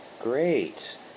great